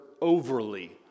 overly